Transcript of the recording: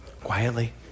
quietly